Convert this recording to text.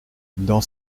dans